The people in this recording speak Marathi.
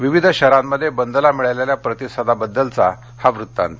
विविध शहरांमध्ये बंदला मिळालेल्या प्रतिसादाबद्दलचा हा वृत्तांत